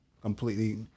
Completely